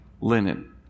linen